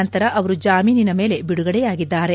ನಂತರ ಅವರು ಜಾಮೀನಿನ ಮೇಲೆ ಬಿಡುಗಡೆಯಾಗಿದ್ದಾರೆ